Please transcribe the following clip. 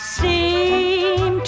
seem